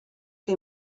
que